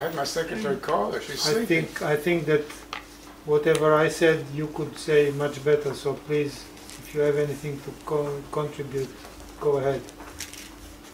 אני חושב שכל מה שאני אומר, אתה יכול להגיד יותר טוב, אז בבקשה, אם יש לך משהו לשתף, בוא נתחיל.